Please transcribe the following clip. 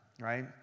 right